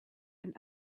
and